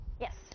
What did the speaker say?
Yes